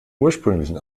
ursprünglichen